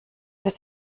das